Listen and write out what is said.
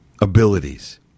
abilities